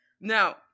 Now